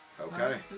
Okay